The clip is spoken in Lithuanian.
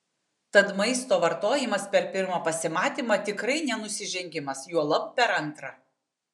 tad maisto vartojimas per pirmą pasimatymą tikrai ne nusižengimas juolab per antrą